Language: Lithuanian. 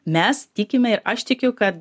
mes tikime ir aš tikiu kad